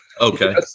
Okay